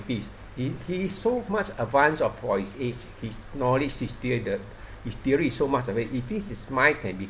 he he is so much advanced of for his age his knowledge is still the his theory is so much of it he thinks his mind can be